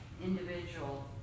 individual